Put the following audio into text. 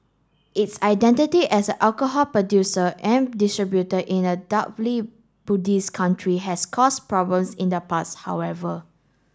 its identity as an alcohol producer and distributor in a Buddhist country has caused problems in the past however